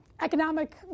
economic